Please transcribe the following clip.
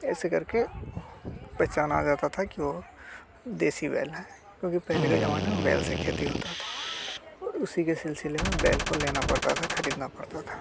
ऐसे कर के पहचाना जाता था कि वो देसी बैल है क्योंकि पैहले के ज़माने में बैल से खेती होती थी और उसी के सिलसिले में बैल को लेना पड़ता था ख़रीदना पड़ता था